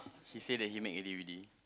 he say that he make ready ready